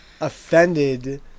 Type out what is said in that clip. offended